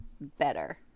better